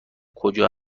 کجا